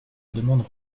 demande